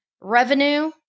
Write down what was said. revenue